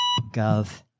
Gov